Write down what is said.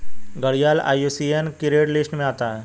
घड़ियाल आई.यू.सी.एन की red list में आता है